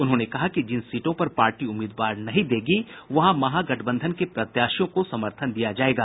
उन्होंने कहा कि जिन सीटों पर पार्टी उम्मीदवार नहीं देगी वहां महागठबंधन के प्रत्याशियों को समर्थन दिया जायेगा